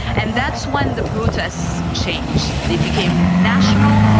and that's when the protests changed. they became national,